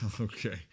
Okay